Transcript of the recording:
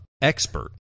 expert